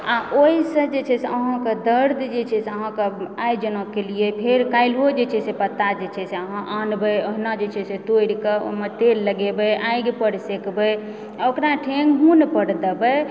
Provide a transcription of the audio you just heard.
आ ओहिसँ जे छै से अहाँकेँ दर्द जे छै से अहाँकेँ आइ जेना केलियै फेर काल्हिओ जे छै से पत्ता जे छै से अहाँ आनबै ओहिना जे छै से तोड़ि कऽ ओहिमे तेल लगेबै आगि पर सेकबै आ ओकरा ठेहुन पर देबए